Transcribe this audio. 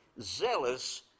zealous